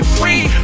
free